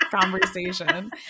conversation